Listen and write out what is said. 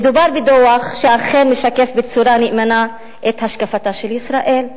מדובר בדוח שאכן משקף בצורה נאמנה את השקפתה של ישראל,